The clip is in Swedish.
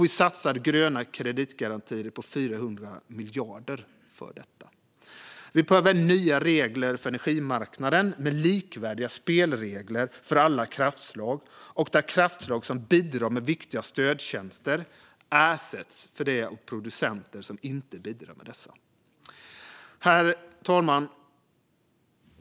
Vi satsar nya gröna kreditgarantier på 400 miljarder för detta. Vi behöver även nya regler för energimarknaden med likvärdiga spelregler för alla kraftslag, där kraftslag som bidrar med viktiga stödtjänster ersätts för det av producenter som inte bidrar med dessa. Herr talman!